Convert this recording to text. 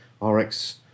RX